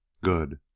good